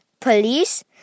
police